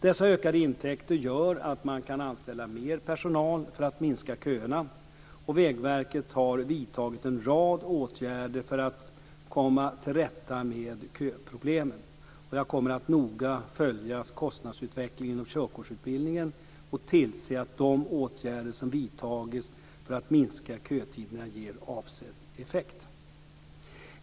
Dessa ökade intäkter gör att man kan anställa mer personal för att minska köerna. Vägverket har vidtagit en rad åtgärder för att komma till rätta med köproblemen. Jag kommer att noga följa kostnadsutvecklingen inom körkortsutbildningen och tillse att de åtgärder som vidtagits för att minska kötiderna ger avsedd effekt.